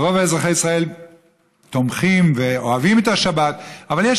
רוב אזרחי ישראל אוהבים את השבת ותומכים בה,